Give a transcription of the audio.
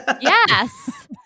Yes